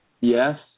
Yes